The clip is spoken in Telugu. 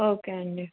ఓకే అండి